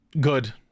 good